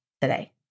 today